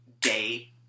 day